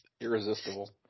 Irresistible